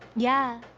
yeah,